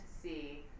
see